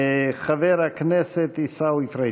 חבר הכנסת עיסאווי פריג'.